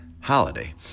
holiday